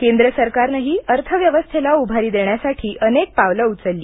केंद्र सरकारनेही अर्थ व्यवस्थेला उभारी देण्यसाठी अनेक पावले उचलली